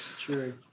true